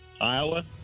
Iowa